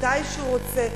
מתי שהוא רוצה,